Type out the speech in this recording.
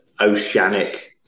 oceanic